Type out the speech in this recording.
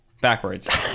Backwards